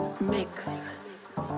mix